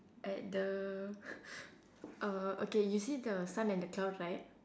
at the uh okay you see the sun and the cloud right